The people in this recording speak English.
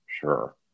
sure